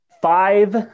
five